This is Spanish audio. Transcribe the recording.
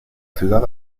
ciudad